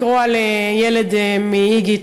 לקרוא על ילד מ"איגי",